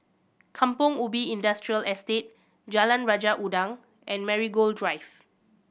Kampong Ubi Industrial Estate Jalan Raja Udang and Marigold Drive